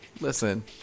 Listen